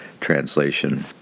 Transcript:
translation